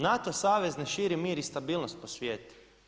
NATO savez ne širi mir i stabilnost po svijetu.